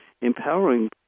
empowering